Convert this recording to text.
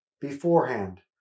Beforehand